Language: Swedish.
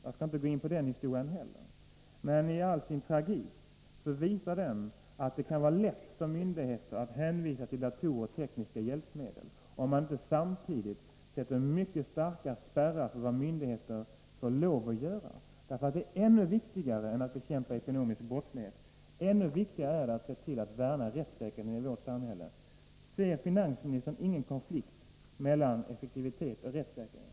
Jag skall inte gå in på den historien, men i all sin tragik visar den att det kan vara lätt för myndigheter att hänvisa till datorer och andra tekniska hjälpmedel, om man inte sätter mycket starka spärrar för vad de får lov att göra. Ännu viktigare än att bekämpa ekonomisk brottslighet är att se till att man värnar rättssäkerheten i vårt samhälle. Ser finansministern ingen konflikt mellan effektivitet och rättssäkerhet?